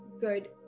good